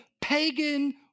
pagan